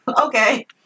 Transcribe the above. Okay